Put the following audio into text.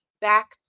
back